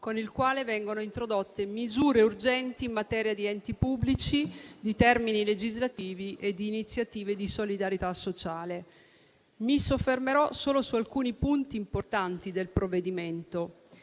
con il quale vengono introdotte misure urgenti in materia di enti pubblici, di termini legislativi e di iniziative di solidarietà sociale. Mi soffermerò solo su alcuni punti importanti del provvedimento.